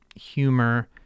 humor